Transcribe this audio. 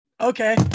Okay